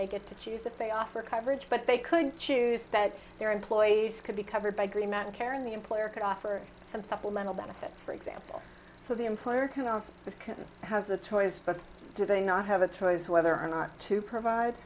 they get to choose if they offer coverage but they could choose that their employees could be covered by agreement care and the employer could offer some supplemental benefits for example so the employer can of which can have the choice but do they not have a choice whether or not to provide